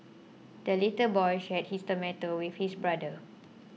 the little boy shared his tomato with his brother